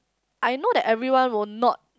I know that everyone will not